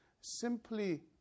simply